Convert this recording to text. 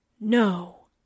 No